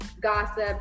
gossip